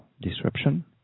disruption